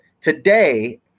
today